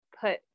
put